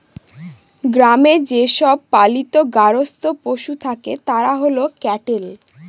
গ্রামে যে সব পালিত গার্হস্থ্য পশু থাকে তারা হল ক্যাটেল